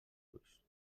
ulls